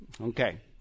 Okay